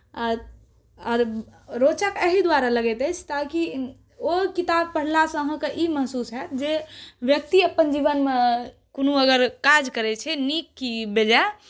आर रोचक एहि दुआरे लगैत अछि ताकि ओ किताब पढ़लासँ अहाँकेँ ई महसूस हैत जे व्यक्ति अपन जीवनमे कोनो अगर काज करैत छै नीक कि बेजाय